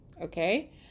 okay